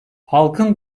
halkın